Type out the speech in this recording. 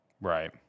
Right